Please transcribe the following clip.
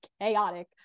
chaotic